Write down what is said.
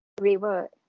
River